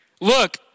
look